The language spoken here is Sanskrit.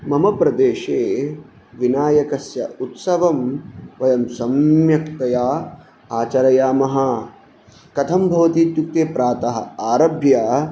मम प्रदेशे विनायकस्य उत्सवं वयं सम्यक्तया आचरामः कथं भवति इत्युक्ते प्रातः आरभ्य